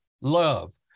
love